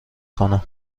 کنم